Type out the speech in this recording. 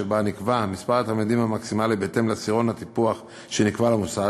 שבה נקבע מספר התלמידים המקסימלי בהתאם לעשירון הטיפוח שנקבע למוסד.